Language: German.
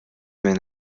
wenn